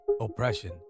oppression